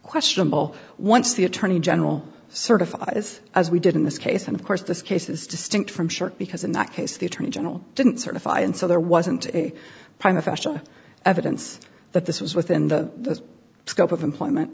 questionable once the attorney general certifies as we did in this case and of course this case is distinct from short because in that case the attorney general didn't certify and so there wasn't a private session evidence that this was within the scope of employment